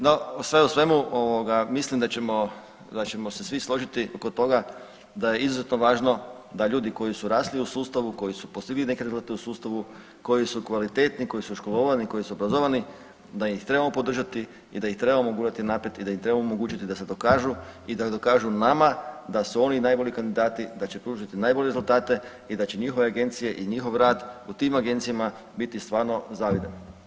No, sve u svemu mislim da ćemo se svi složiti oko toga da je izuzetno važno da ljudi koji su rasli u sustavu, koji su postigli neke rezultate u sustavu, koji su kvalitetni, koji su školovani, koji su obrazovani da ih trebamo podržati i da ih trebamo gurati naprijed i da im treba omogućiti da se dokažu i da dokažu nama da su oni najbolji kandidati i da će pružiti najbolje rezultate i da će njihove agencije i njihov rad u tim agencijama biti stvarno zavidan.